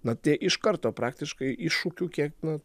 na tie iš karto praktiškai iššūkių kiek na